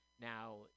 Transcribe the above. now